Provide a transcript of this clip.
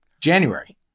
January